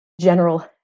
general